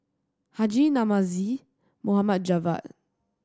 Haji Namazie Mohd Javad